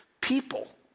people